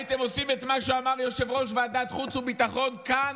הייתם עושים את מה שאמר יושב-ראש ועדת חוץ וביטחון כאן,